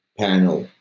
panel,